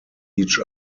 each